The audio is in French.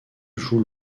joue